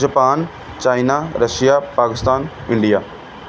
Japan China Russia Pakistan India